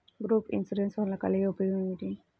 Group insurance వలన కలిగే ఉపయోగమేమిటీ?